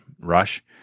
rush